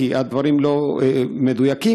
כי הדברים לא מדויקים,